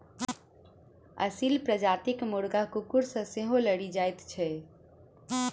असील प्रजातिक मुर्गा कुकुर सॅ सेहो लड़ि जाइत छै